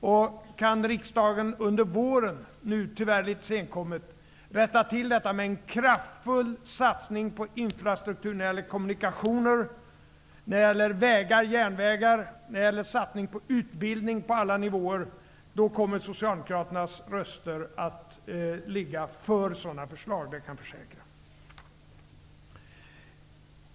Om riksdagen under våren, tyvärr litet senkommet, kan rätt till detta med en fraftfull satsning på infrastruktur när det gäller kommunikationer, när det gäller vägar och järnvägar och när det gäller satsning på utbildning på alla nivåer, då kommer Socialdemokraternas röster att ligga för sådana förslag, det kan jag försäkra.